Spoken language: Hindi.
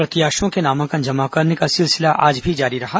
प्रत्याशियों के नामांकन जमा करने का सिलसिला आज भी जारी रहा